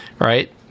right